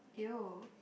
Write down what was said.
!ew!